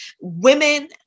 Women